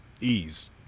ease